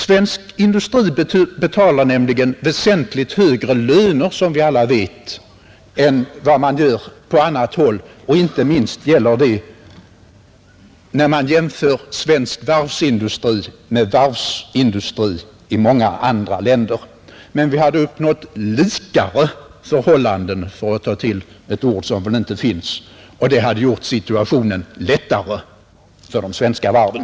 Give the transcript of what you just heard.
Svensk industri betalar nämligen, som vi alla vet, väsentligt högre löner än vad som görs på annat håll, Inte minst gäller detta när man jämför svensk varvsindustri med varvsindustri i många andra länder, men vi hade uppnått ”likare” förhållanden — för att ta till ett ord som väl inte finns — och det hade gjort situationen lättare för de svenska varven.